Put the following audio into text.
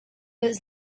was